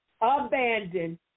abandoned